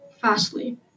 fastly